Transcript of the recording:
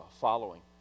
following